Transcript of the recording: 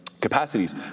capacities